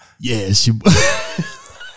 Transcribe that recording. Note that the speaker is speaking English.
Yes